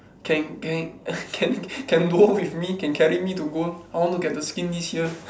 can can can can go home with me can carry me to go I want to get the skin this year